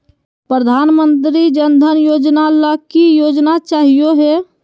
प्रधानमंत्री जन धन योजना ला की योग्यता चाहियो हे?